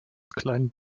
klein